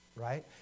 right